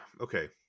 okay